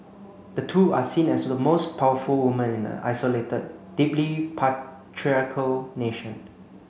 the two are seen as the most powerful women in the isolated deeply patriarchal nation